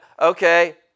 okay